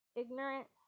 ignorant